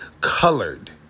colored